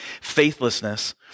faithlessness